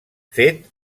fet